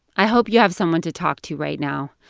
i hope you have someone to talk to right now,